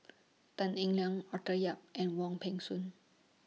Tan Eng Liang Arthur Yap and Wong Peng Soon